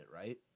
right